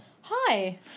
Hi